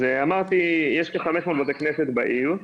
יש כחמש מאות בתי כנסת בעיר,